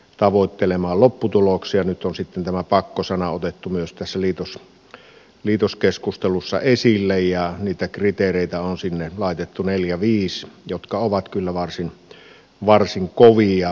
nyt on sitten tämä pakkosana otettu myös tässä liitoskeskustelussa esille ja laitettu sinne neljä viisi niitä kriteereitä jotka ovat kyllä varsin kovia